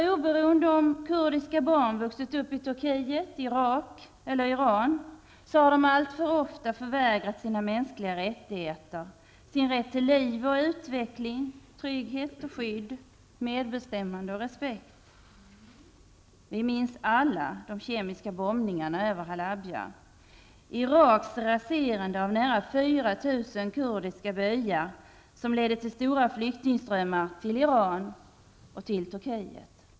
Oberoende av om kurdiska barn vuxit upp i Turkiet, Iran eller Irak har de alltför ofta förvägrats sina mänskliga rättigheter, sin rätt till liv och utveckling, trygghet och skydd, medbestämmande och respekt. Vi minns alla de kemiska bombningarna över Halabja, Iraks raserande av nära fyratusen kurdiska byar, som ledde till stora flyktingströmmar till Iran och Turkiet.